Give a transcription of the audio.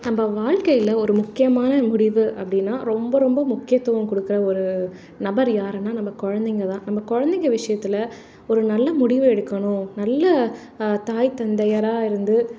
நம்ப வாழ்க்கையில் ஒரு முக்கியமான முடிவு அப்படின்னா ரொம்ப ரொம்ப முக்கியத்துவம் கொடுக்கிற ஒரு நபர் யாருனால் நம்ம குழந்தைங்க தான் நம்ம குழந்தைங்க விஷயத்துல ஒரு நல்ல முடிவு எடுக்கணும் நல்ல தாய் தந்தையராக இருந்து